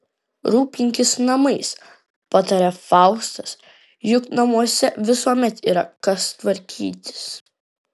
rūpinkis namais pataria faustas juk namuose visuomet yra kas tvarkytis